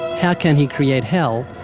how can he create hell?